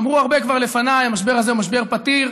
אמרו הרבה כבר לפניי: המשבר הזה הוא משבר פתיר.